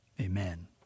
Amen